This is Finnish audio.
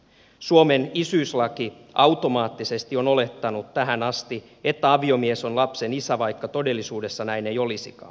suomen isyyslaki automaattisesti on olettanut tähän asti että aviomies on lapsen isä vaikka todellisuudessa näin ei olisikaan